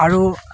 আৰু